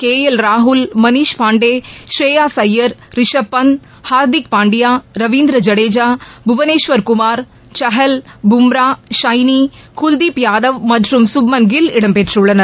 K L ராகுல் மணீஷ் பாண்டே ஷ்ரேயஸ் ஐயர் ரிஷப் பந்த் ஹர்திக் பாண்டியா ரவீந்திர ஐடேஜா புவனேஸ்வர் குமார் சாஹல் பும்ரா ஷைனி குல்தீப் யாதவ் மற்றும் சுப்மன் கில் இடம்பெற்றுள்ளனர்